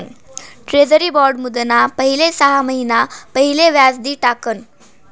treasury bond मुदतना पहिले सहा महिना पहिले व्याज दि टाकण